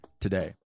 today